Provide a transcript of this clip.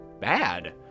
bad